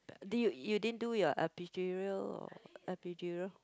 did you you didn't do your epidural epidural